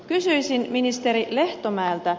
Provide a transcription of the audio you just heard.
kysyisin ministeri lehtomäeltä